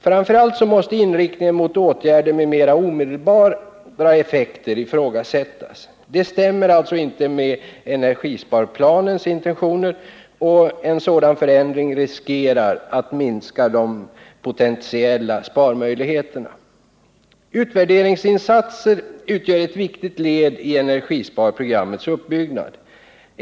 Framför allt måste inriktningen mot åtgärder med mer omedelbara effekter ifrågasättas. Det stämmer inte med energisparplanens intentioner, och en sådan förändring riskerar att minska de potentiella sparmöjligheterna. Utvärderingsinsatser utgör ett viktigt led i energisparprogrammets 55 uppbyggnad.